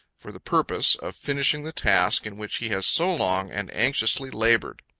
for the purpose of finishing the task in which he has so long and anxiously labored.